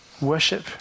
worship